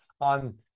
on